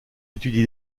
étudie